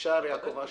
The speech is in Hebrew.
טיבי רבינוביץ,